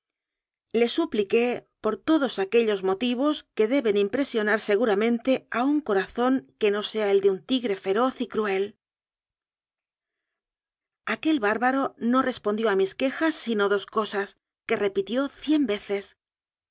le supliqué por todos aquellos motivos que deben impresionar seguramente a un corazón que no sea el de un tigre feroz y cruel aquel bárbaro no respondió a mis quejas sino dos cosas que repitió cien veces